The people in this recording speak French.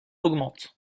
augmente